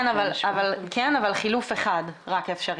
כן, אבל חילוף אחד רק אפשרי.